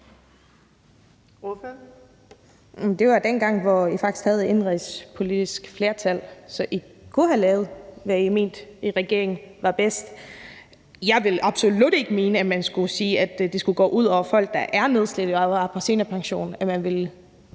Det var dengang, hvor I faktisk havde indenrigspolitisk flertal, så I kunne have lavet det, som I i regeringen mente var bedst. Jeg vil absolut ikke mene, at man skal sige, at det skal gå ud over folk, der er nedslidte og er på seniorpension,